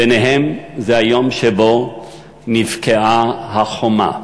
וביניהם, זה היום שבו נבקעה החומה,